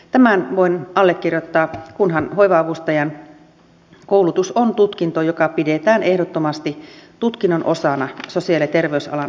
tämän voin allekirjoittaa kunhan hoiva avustajan koulutus on tutkinto joka pidetään ehdottomasti tutkinnon osana sosiaali ja terveysalan perustutkinnossa